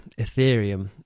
Ethereum